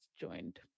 joined